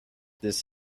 this